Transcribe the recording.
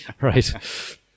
right